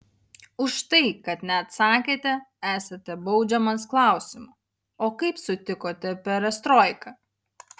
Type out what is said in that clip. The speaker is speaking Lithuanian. už tai kad neatsakėte esate baudžiamas klausimu o kaip sutikote perestroiką